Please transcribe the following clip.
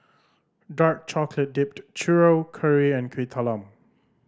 dark chocolate dipped churro curry and Kuih Talam